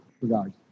regards